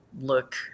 look